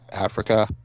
Africa